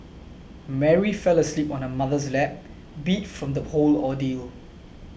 Mary fell asleep on her mother's lap beat from the whole ordeal